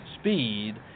speed